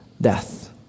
death